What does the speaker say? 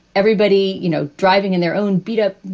everybody, you know, driving in their own beat up,